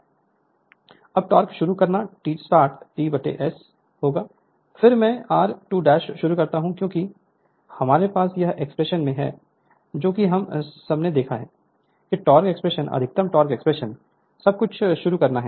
Refer Slide Time 0303 अब torque शुरू करना T start 3 S होगा फिर मैं 2 r2 शुरू करता हूं क्योंकि हमारे पास यह एक्सप्रेशन से है है जो कि हम सभी ने देखा है कि टॉर्क एक्सप्रेशन अधिकतम टॉर्क एक्सप्रेशन टॉर्क एक्सप्रेशन सब कुछ शुरू करना